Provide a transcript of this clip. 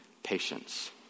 Patience